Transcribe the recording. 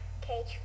cage